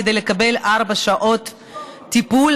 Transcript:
כדי לקבל ארבע שעות טיפול,